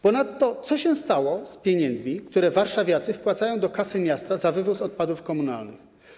Ponadto co się stało z pieniędzmi, które warszawiacy wpłacają do kasy miasta za wywóz odpadów komunalnych?